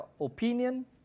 opinion